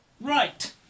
Right